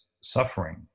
suffering